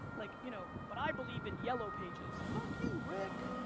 like you know, but i believe in yellow pages. fuck you rick,